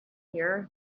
here